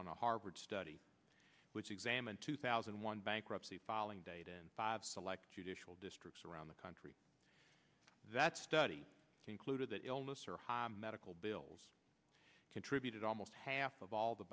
on a harvard study which examined two thousand one bankruptcy filing date in five select judicial districts around the country that study concluded that illness or high medical bills contributed almost half of all the